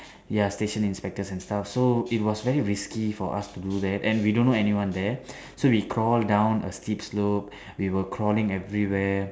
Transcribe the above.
ya station inspectors and stuff so it was very risky for us to do that and we don't know anyone there so we crawl down a steep slope we were crawling everywhere